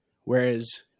Whereas